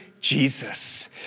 Jesus